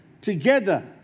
together